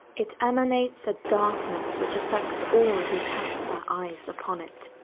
it emanates a darkness which affects all who cast their eyes upon it.